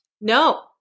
No